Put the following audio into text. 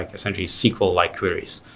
like essentially sql-like queries.